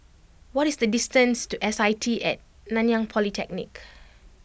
what is the distance to S I T at Nanyang Polytechnic